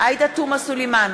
עאידה תומא סלימאן,